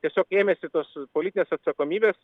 tiesiog ėmėsi tos politinės atsakomybės